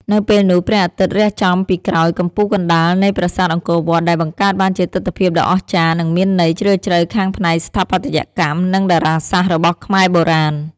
នៅពេលនោះ ព្រះអាទិត្យរះចំពីក្រោយកំពូលកណ្តាលនៃប្រាសាទអង្គរវត្ត ដែលបង្កើតបានជាទិដ្ឋភាពដ៏អស្ចារ្យនិងមានន័យជ្រាលជ្រៅខាងផ្នែកស្ថាបត្យកម្ម និងតារាសាស្ត្ររបស់ខ្មែរបុរាណ។